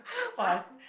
!huh!